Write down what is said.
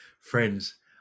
Friends